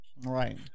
right